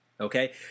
Okay